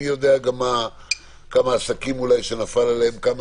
מי יודע כמה עסקים שנפלו עליהם כמה